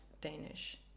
Danish